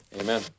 amen